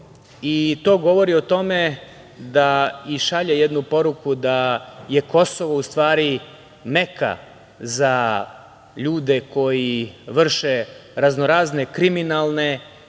To govori o tome i šalje jednu poruku da je Kosovo u stvari meka za ljude koji vrše raznorazne kriminalne